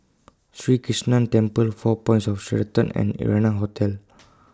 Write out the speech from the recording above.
Sri Krishnan Temple four Points of Sheraton and Arianna Hotel